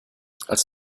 als